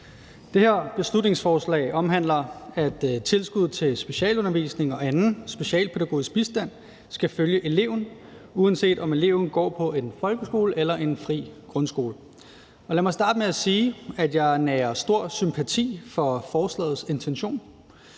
Det her beslutningsforslag omhandler, at tilskud til specialundervisning og anden specialpædagogisk bistand skal følge eleven, uanset om eleven går på en folkeskole eller en fri grundskole. Lad mig starte med at sige, at jeg nærer stor sympati for forslagets intention.